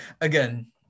Again